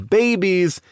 babies